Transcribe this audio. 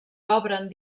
obren